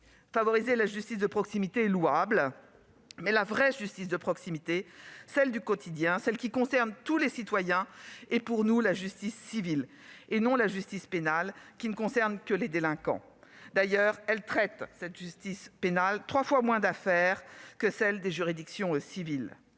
Favoriser la justice de proximité est louable, mais la vraie justice de proximité, celle du quotidien, celle qui concerne tous les citoyens, est la justice civile ; la justice pénale, elle, ne concerne que les délinquants- d'ailleurs, elle traite trois fois moins d'affaires que les juridictions civiles.